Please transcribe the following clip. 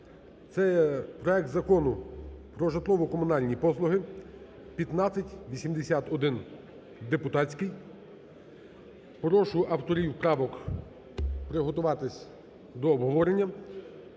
Це проект Закону про житлово-комунальні послуги (1581-депутатський). Прошу авторів правок приготуватись до обговорення.